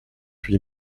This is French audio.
huit